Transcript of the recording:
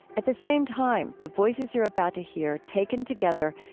at the same time, the voices you about to hear, taken together,